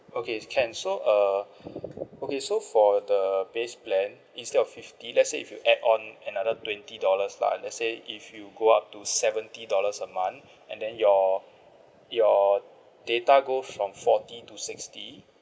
okay can so err okay so for the base plan instead of fifty let's say if you add on another twenty dollars lah let's say if you go up to seventy dollars a month and then your your data go from forty to sixty